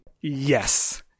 Yes